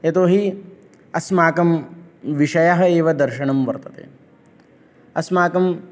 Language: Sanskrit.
यतोहि अस्माकं विषयः एव दर्शनं वर्तते अस्माकम्